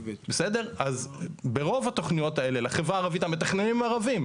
אז ברוב התכניות האלה לחברה הערבית המתכננים הם ערבים.